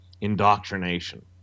indoctrination